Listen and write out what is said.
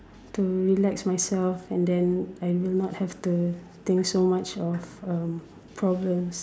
to relax myself and then I will not have to think so much of um problems